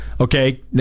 Okay